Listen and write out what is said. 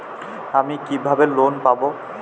আমি কিভাবে লোন পাব?